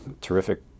terrific